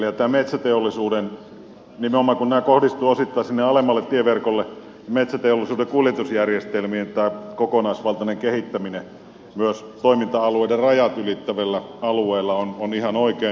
ja tämä metsäteollisuuden kuljetusjärjestelmien nimenomaan kun nämä kohdistuvat osittain sinne alemmalle tieverkolle kokonaisvaltainen kehittäminen myös toiminta alueiden rajat ylittävillä alueilla on ihan oikein